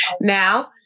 Now